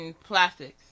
plastics